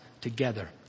together